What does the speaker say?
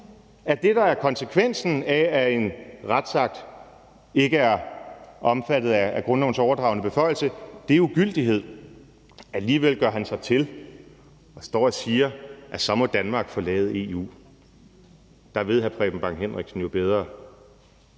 at det, der er konsekvensen af, at en retsakt ikke er omfattet af grundlovens overdragne beføjelse, er ugyldighed, og alligevel gør man sig til og står og siger, at så må Danmark forlade EU. Der ved hr. Preben Bang Henriksen jo bedre